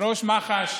שראש מח"ש